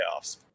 playoffs